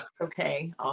Okay